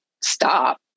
stop